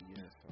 Yes